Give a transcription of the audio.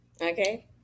Okay